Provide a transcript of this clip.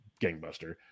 gangbuster